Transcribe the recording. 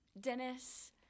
Dennis